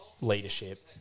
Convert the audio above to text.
leadership